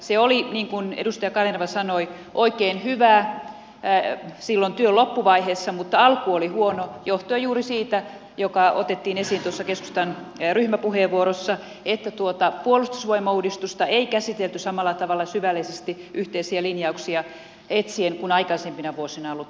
se oli niin kuin edustaja kanerva sanoi oikein hyvää silloin työn loppuvaiheessa mutta alku oli huono johtuen juuri siitä mikä otettiin esiin tuossa keskustan ryhmäpuheenvuorossa että tuota puolustusvoimauudistusta ei käsitelty samalla tavalla syvällisesti yhteisiä linjauksia etsien kuin aikaisempina vuosina on ollut tapana